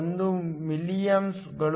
1 ಮಿಲಿಯಾಂಪ್ಗಳು